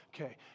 okay